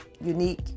unique